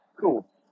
Cool